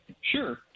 Sure